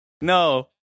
No